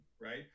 right